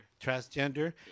transgender